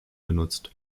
genutzt